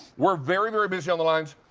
we're very, very busy on the lines.